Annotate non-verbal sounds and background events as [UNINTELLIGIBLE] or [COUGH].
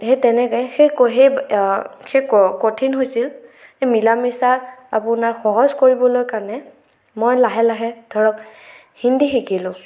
সেই তেনেকে সেই [UNINTELLIGIBLE] সেই সেই কঠিন হৈছিল এই মিলা মিছা আপোনাৰ সহজ কৰিবলৈ কাৰণে মই লাহে লাহে ধৰক হিন্দী শিকিলো